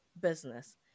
business